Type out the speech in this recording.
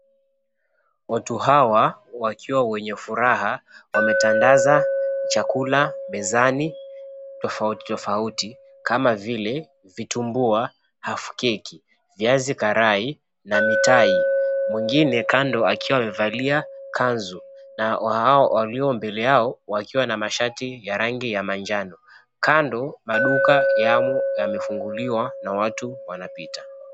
Watu hawa wakiwa wenye furaha wametandaza chakula mezani tofauti tofauti kama vile; vitumbua, half cake viazi karai na mitai. Mwingine kando akiwa amevalia kanzu na hao walio mbele yao wakiwa na mashati ya rangi ya manjano. Kando, maduka yamo yamefunguliwa na watu wanapita.